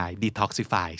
detoxify